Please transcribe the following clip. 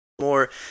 More